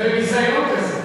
ברצינות.